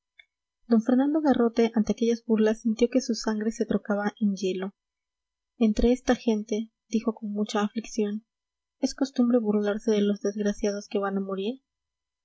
d fernando garrote ante aquellas burlas sintió que su sangre se trocaba en hielo entre esta gente dijo con mucha aflicción es costumbre burlarse de los desgraciados que van a morir